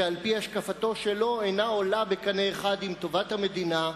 שעל-פי השקפתו שלו אינה עולה בקנה אחד עם טובת המדינה,